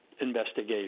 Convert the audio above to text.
Investigation